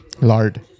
lard